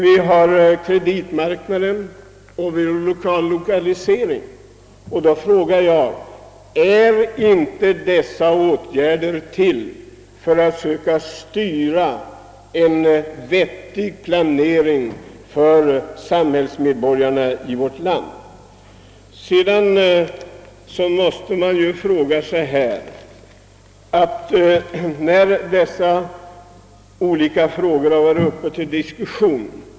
Är inte kreditmarknadsoch lokaliseringspolitiken till för att söka skapa en vettig planering för samhällsmedborgarna i vårt land? Dessa olika frågor har tidigare varit uppe till diskussion.